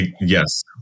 Yes